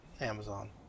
Amazon